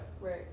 Right